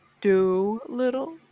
Do-Little